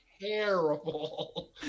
Terrible